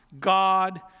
God